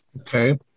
Okay